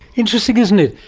interesting, isn't it.